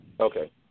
Okay